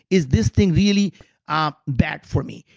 is this thing really um bad for me?